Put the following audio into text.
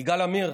יגאל עמיר